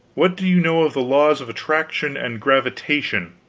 what do you know of the laws of attraction and gravitation?